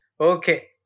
Okay